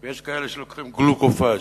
ויש כאלה שלוקחים "גלוקופאז'".